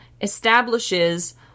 establishes